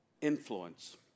Influence